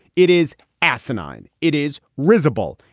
it is asinine it is risible.